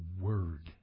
Word